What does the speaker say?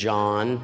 John